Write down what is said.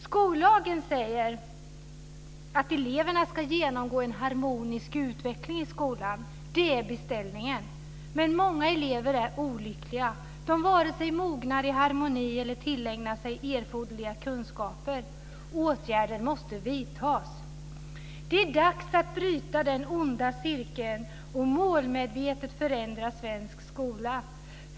Skollagen säger att eleverna ska genomgå en harmonisk utveckling i skolan, det är beställningen. Men många elever är olyckliga. De varken mognar i harmoni eller tillägnar sig erforderliga kunskaper. Åtgärder måste vidtas. Det är dags att bryta den onda cirkeln och målmedvetet förändra svensk skola.